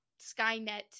Skynet